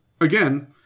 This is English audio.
Again